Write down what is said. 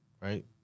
right